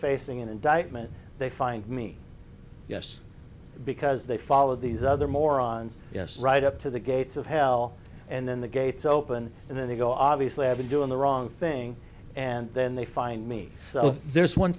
facing indictment they find me yes because they followed these other morons yes right up to the gates of hell and then the gates open and then they go obviously have been doing the wrong thing and then they find me so there's one